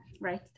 right